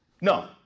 no